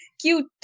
Cute